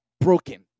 broken